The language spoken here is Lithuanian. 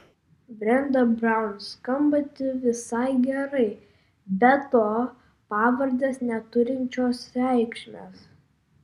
brenda braun skambanti visai gerai be to pavardės neturinčios reikšmės